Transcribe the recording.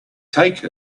take